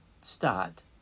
start